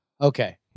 Okay